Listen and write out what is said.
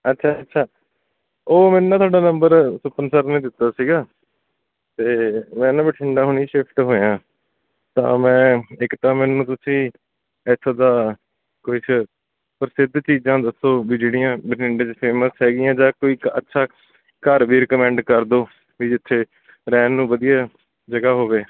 ਅੱਛਾ ਅੱਛਾ ਉਹ ਮੈਨੂੰ ਨਾ ਤੁਹਾਡਾ ਨੰਬਰ ਸੁਖਮਨ ਸਰ ਨੇ ਦਿੱਤਾ ਸੀਗਾ ਅਤੇ ਮੈਂ ਨਾ ਬਠਿੰਡਾ ਹੁਣੇ ਸ਼ਿਫਟ ਹੋਇਆ ਤਾਂ ਮੈਂ ਇੱਕ ਤਾਂ ਮੈਨੂੰ ਤੁਸੀਂ ਇੱਥੋਂ ਦਾ ਕੁਛ ਪ੍ਰਸਿੱਧ ਚੀਜ਼ਾਂ ਦੱਸੋ ਵੀ ਜਿਹੜੀਆਂ ਬਠਿੰਡੇ 'ਚ ਫੇਮਸ ਹੈਗੀਆਂ ਜਾਂ ਕੋਈ ਅੱਛਾ ਘਰ ਵੀ ਰਿਕਮੈਂਡ ਕਰ ਦਿਓ ਵੀ ਜਿੱਥੇ ਰਹਿਣ ਨੂੰ ਵਧੀਆ ਜਗ੍ਹਾ ਹੋਵੇ